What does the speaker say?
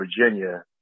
Virginia